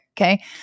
okay